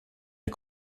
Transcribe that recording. der